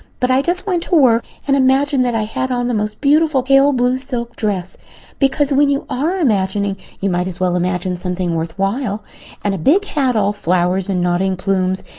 but i just went to work and imagined that i had on the most beautiful pale blue silk dress because when you are imagining you might as well imagine something worth while and a big hat all flowers and nodding plumes,